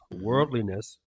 worldliness